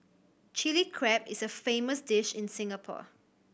Chilli Crab is a famous dish in Singapore